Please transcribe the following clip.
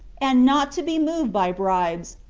and not to be moved by bribes,